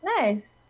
Nice